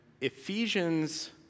Ephesians